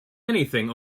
anything